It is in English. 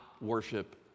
worship